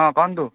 ହଁ କୁହନ୍ତୁ